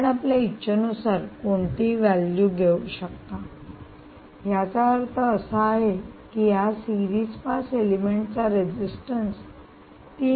आपण आपल्या इच्छेनुसार कोणतीही व्हॅल्यू घेऊ शकता याचा अर्थ असा आहे की या सीरीज पास एलिमेंट चा रेजिस्टन्स 3